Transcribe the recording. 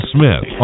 Smith